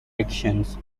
actions